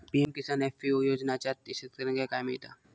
PM किसान FPO योजनाच्यात शेतकऱ्यांका काय मिळता?